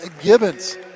Gibbons